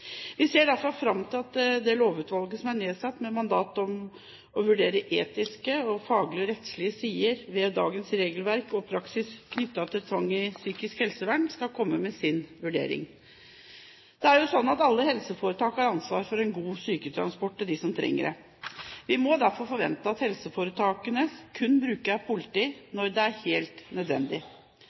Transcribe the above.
Vi ser derfor fram til at lovutvalget som er nedsatt, med mandat til å vurdere etiske, faglige og rettslige sider ved dagens regelverk og praksis knyttet til tvang i psykisk helsevern, skal komme med sin vurdering. Det er jo slik at alle helseforetak har ansvar for god syketransport for dem som trenger det. Vi må derfor forvente at helseforetakene bruker politiet kun når det er helt nødvendig.